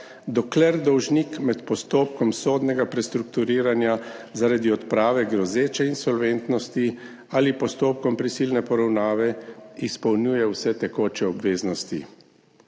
dokler dolžnik med postopkom sodnega prestrukturiranja zaradi odprave grozeče insolventnosti ali postopkom prisilne poravnave izpolnjuje vse tekoče obveznosti.